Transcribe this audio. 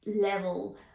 level